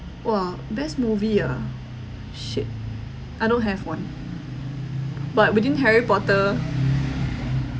!wah! best movie ah shit I don't have one but within harry potter